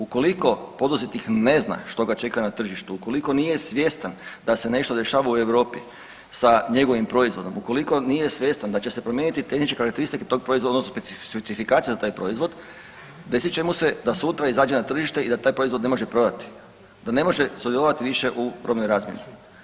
Ukoliko poduzetnik ne zna što ga čeka na tržištu, ukoliko nije svjestan da se nešto dešava u Europi sa njegovim proizvodom, ukoliko nije svjestan da će se promijeniti tehničke karakteristike tog proizvoda odnosno specifikacija za taj proizvod, desit će mu se da sutra izađe na tržište i da taj proizvod ne može prodati, da ne može sudjelovati više u robnoj razmjeni.